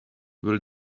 will